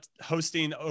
hosting